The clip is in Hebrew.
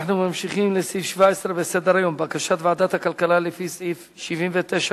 אנחנו ממשיכים לסעיף 17 בסדר-היום: בקשת ועדת הכלכלה לפי סעיף 79(ב)